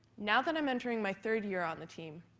now that i'm entering my third year on the team,